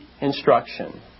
instruction